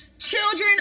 Children